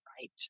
right